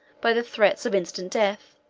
by the threats of instant death,